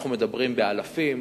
ואנחנו מדברים באלפים.